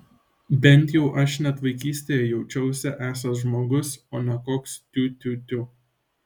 bent jau aš net vaikystėje jaučiausi esąs žmogus o ne koks tiu tiu tiu